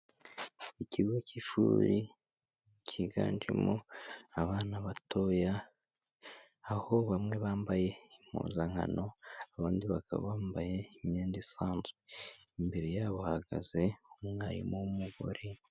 Ikigo cy'ishuri cyiganjemo abana batoya, aho bamwe bambaye impuzankano abandi bakaba bambaye imyenda isanzwe, imbere yabo hahagaze umwarimu w'umugore.